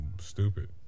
stupid